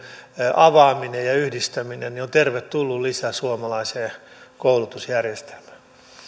avaaminen ja yhdistäminen on tervetullut lisä suomalaiseen koulutusjärjestelmään